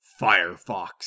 Firefox